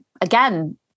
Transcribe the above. again